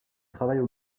travaille